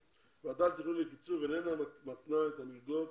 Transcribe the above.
איננה מתנה את המלגות